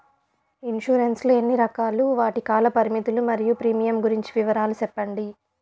Insurance లు ఎన్ని రకాలు? వాటి కాల పరిమితులు మరియు ప్రీమియం గురించి వివరాలు సెప్పండి?